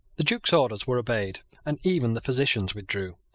the duke's orders were obeyed and even the physicians withdrew.